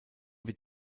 wird